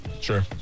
Sure